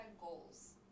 goals